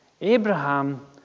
Abraham